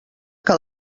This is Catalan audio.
que